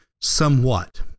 somewhat